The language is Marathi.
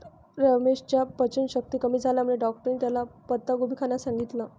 रमेशच्या पचनशक्ती कमी झाल्यामुळे डॉक्टरांनी त्याला पत्ताकोबी खाण्यास सांगितलं